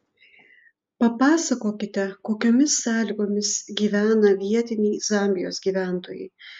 papasakokite kokiomis sąlygomis gyvena vietiniai zambijos gyventojai